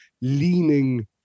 leaning